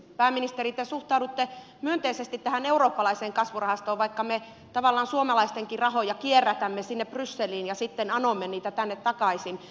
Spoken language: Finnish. pääministeri te suhtaudutte myönteisesti tähän eurooppalaiseen kasvurahastoon vaikka me tavallaan suomalaistenkin rahoja kierrätämme sinne brysseliin ja sitten anomme niitä tänne takaisin